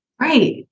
Right